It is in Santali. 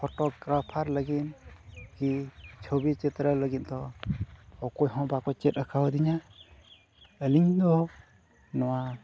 ᱞᱟᱹᱜᱤᱫ ᱠᱤ ᱪᱷᱚᱵᱤ ᱪᱤᱛᱛᱨᱚ ᱞᱟᱹᱜᱤᱫ ᱫᱚ ᱚᱠᱚᱭ ᱦᱚᱸ ᱵᱟᱠᱚ ᱪᱮᱫ ᱠᱟᱣᱫᱤᱧᱟ ᱟᱹᱞᱤᱧ ᱫᱚ ᱱᱚᱣᱟ